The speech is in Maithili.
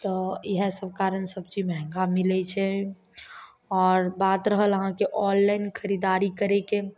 तऽ इएह सभ कारण सब्जी महगा मिलय छै आओर बात रहल अहाँके ऑनलाइन खरीदारी करयके